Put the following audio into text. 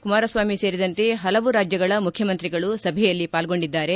ಕುಮಾರಸ್ವಾಮಿ ಸೇರಿದಂತೆ ಹಲವು ರಾಜ್ಯಗಳ ಮುಖ್ಯಮಂತ್ರಿಗಳು ಸಭೆಯಲ್ಲಿ ಪಾಲ್ಗೊಂಡಿದ್ದಾರೆ